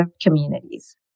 communities